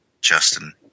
Justin